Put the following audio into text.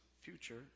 future